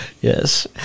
Yes